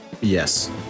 Yes